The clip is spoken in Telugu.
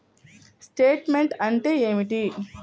స్టేట్మెంట్ అంటే ఏమిటి?